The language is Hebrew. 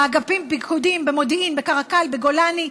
באגפים פיקודיים, במודיעין, בקרקל, בגולני.